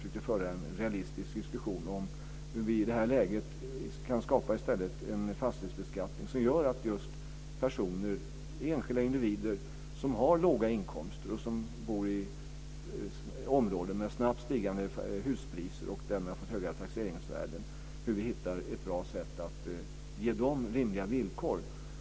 Jag försökte föra en realistisk diskussion om hur vi i detta läge kan skapa en fastighetsbeskattning som ger enskilda individer som har låga inkomster och bor i områden med starkt stigande huspriser, och som därmed har fått höga taxeringsvärden, rimliga villkor.